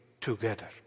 together